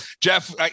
Jeff